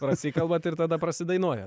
prasikalbat ir tada prasidainuoja